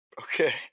Okay